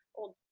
old